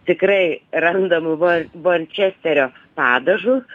tikrai randamu vo vorčesterio padažus